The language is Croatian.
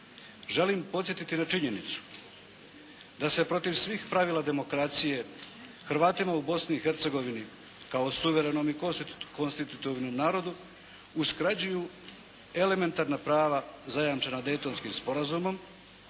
Želim podsjetiti na činjenicu da se protiv svih pravila demokracije Hrvatima u Bosni i Hercegovini kao suverenom i konstituivnom narodu uskraćuju elementarna prava zajamčena Daytonskim sporazumom